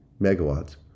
megawatts